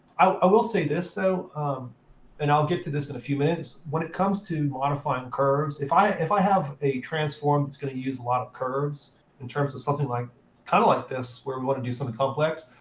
i will say this, though and i'll get to this in a few minutes when it comes to modifying curves, if i if i have a transform that's going to use a lot of curves in terms of something like kind of like this, where we want to do something complex,